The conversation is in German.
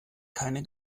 keine